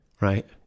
right